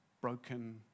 broken